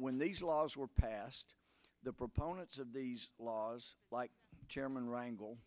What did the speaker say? when these laws were passed the proponents of these laws like chairman rangle